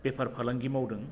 बेफार फालांगि मावदों